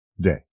day